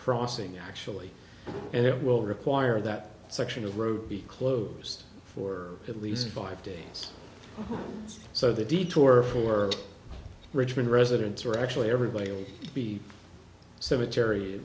crossing actually and it will require that section of road be closed for at least five days so the detour for richmond residents are actually everybody will be cemetery